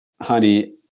Honey